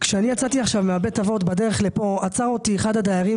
כשיצאתי עכשיו מבית האבות בדרך לפה עצר אותי אחד הדיירים